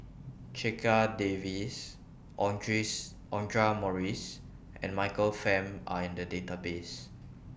Checha Davies Audra Morrice and Michael Fam Are in The Database